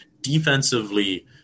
defensively